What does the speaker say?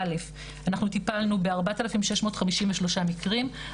אנחנו טיפלו בארבעת אלפים שש מאות חמישים ושלושה מקרים.